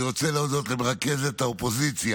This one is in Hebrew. אני רוצה להודות למרכזת האופוזיציה.